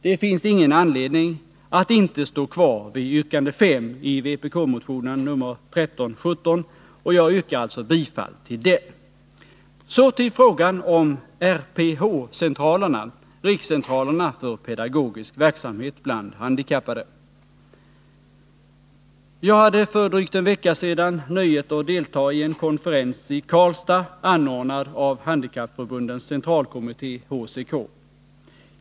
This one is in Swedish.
Det finns ingen anledning att inte stå kvar vid yrkande 5 i vpk-motionen 1317, och jag yrkar alltså bifall till det. Så till frågan om RPH-centralerna, rikscentralerna för pedagogisk verksamhet bland handikappade. Jag hade för drygt en vecka sedan nöjet att delta i en konferens i Karlstad anordnad av Handikappförbundens centralkommitté, HCK.